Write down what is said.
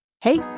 Hey